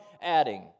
adding